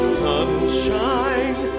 sunshine